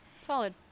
Solid